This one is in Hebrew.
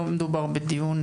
לא מדובר בדיון,